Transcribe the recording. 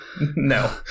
no